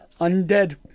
undead